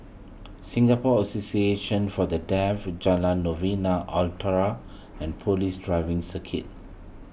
Singapore Association for the Deaf Jalan Novena Utara and Police Driving Circuit